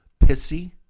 pissy